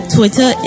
Twitter